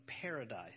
paradise